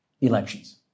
elections